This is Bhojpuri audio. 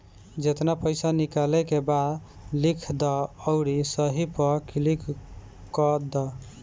जेतना पइसा निकाले के बा लिख दअ अउरी सही पअ क्लिक कअ दअ